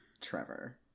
Trevor